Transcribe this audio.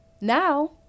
Now